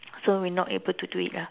so we not able to do it ah